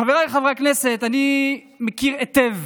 חבריי חברי הכנסת, אני מכיר היטב